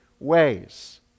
ways